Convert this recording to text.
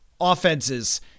offenses